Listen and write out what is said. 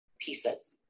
pieces